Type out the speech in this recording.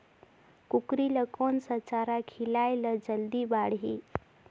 कूकरी ल कोन सा चारा खिलाय ल जल्दी बाड़ही?